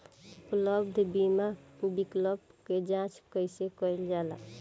उपलब्ध बीमा विकल्प क जांच कैसे कइल जाला?